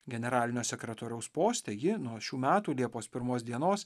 generalinio sekretoriaus poste ji nuo šių metų liepos pirmos dienos